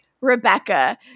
Rebecca